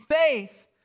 faith